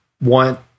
want